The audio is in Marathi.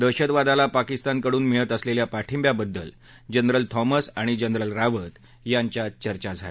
दहशतवादाला पाकिस्तानकडून मिळत असलेल्या पाठिंब्याबद्दल जनरल थॉमस आणि जनरल रावत यांच्यात चर्चा झाली